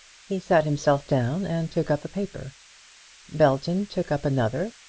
he sat himself down and took up a paper belton took up another,